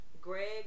Greg